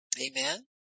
Amen